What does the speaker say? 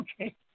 Okay